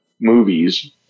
movies